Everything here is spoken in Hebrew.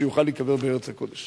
שיוכל להיקבר בארץ הקודש.